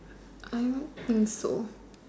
I don't think so